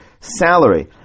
salary